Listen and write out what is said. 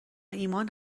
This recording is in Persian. ایمان